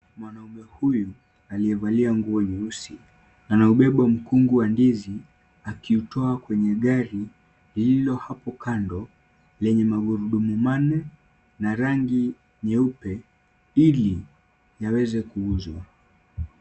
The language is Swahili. Mwanaume huyu aliyevalia nguo nyeusi, ameubeba mkungu wa ndizi akiutoa kwenye gari lililo hapo kando, lenye magurudumu manne na rangi nyeupe, ili yaweze kuuzwa.